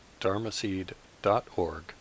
dharmaseed.org